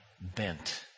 bent